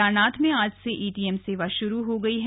केदारनाथ में आज से एटीएम सेवा शुरू हो गई है